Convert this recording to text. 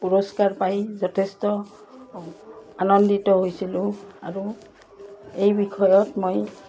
পুৰস্কাৰ পাই যথেষ্ট আনন্দিত হৈছিলোঁ আৰু এই বিষয়ত মই